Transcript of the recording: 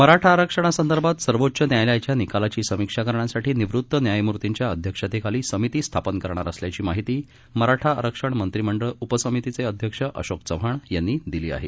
मराठा आरक्षणासंदर्भात सर्वोच्च न्यायालयाच्या निकालाची समीक्षा करण्यासाठी निवृत्त न्यायमूर्तींच्या अध्यक्षतेखाली समिती स्थापन करणार असल्याची माहिती मराठा आरक्षण मंत्रिमंडळ उपसमितीचे अध्यक्ष अशोक चव्हाण यांनी दिली आहे